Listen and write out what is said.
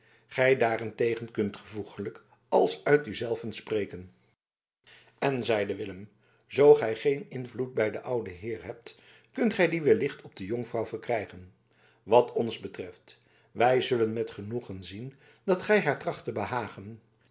gij daarentegen kunt gevoeglijk als uit u zelven spreken en zeide willem zoo gij geen invloed bij de oude heeren hebt kunt gij dien wellicht op de jonkvrouw verkrijgen wat ons betreft wij zullen met genoegen zien dat gij haar tracht te behagen